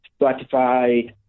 Spotify